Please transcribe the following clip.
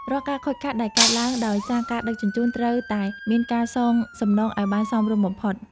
រាល់ការខូចខាតដែលកើតឡើងដោយសារការដឹកជញ្ជូនត្រូវតែមានការសងសំណងឱ្យបានសមរម្យបំផុត។